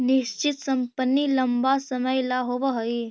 निश्चित संपत्ति लंबा समय ला होवऽ हइ